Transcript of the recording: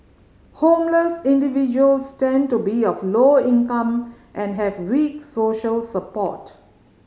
homeless individuals tend to be of low income and have weak social support